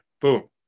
boom